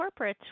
Corporates